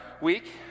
week